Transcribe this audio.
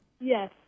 Yes